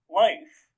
life